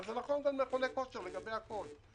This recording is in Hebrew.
אבל זה נכון גם למכוני כושר ולגבי הכול.